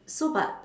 so but